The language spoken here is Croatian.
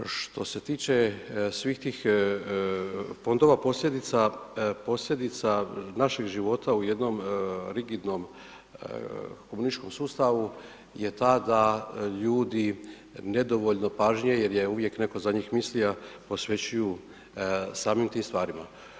Što se tiče svih tih fondova, posljedica naših života u jednom rigidnom komunističkom sustavu je ta da ljudi nedovoljno pažnje jer je uvijek netko za njih mislio, posvećuju samim tim stvarima.